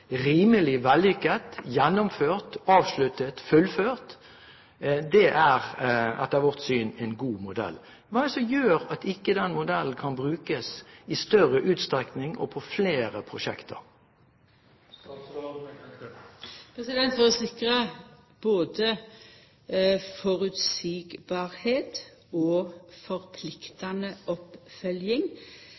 rimelig vellykket, gjennomført, avsluttet og fullført er, etter vårt syn, en god modell. Hva er det som gjør at denne modellen ikke kan brukes i større utstrekning og på flere prosjekter? For å sikra at vi både er føreseielege og